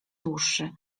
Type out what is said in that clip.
dłuższy